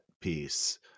piece